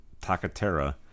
Takatera